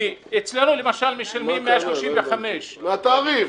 כי אצלנו, למשל, משלמים 135. מהתעריף.